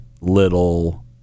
little